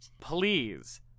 Please